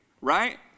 right